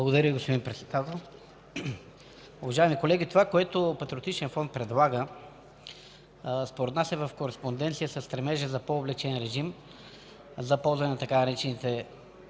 Благодаря, господин Председател. Уважаеми колеги, това, което Патриотичният фронт предлага, според нас е в кореспонденция със стремежа за по-облекчен режим за ползване на така наречените